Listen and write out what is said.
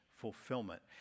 fulfillment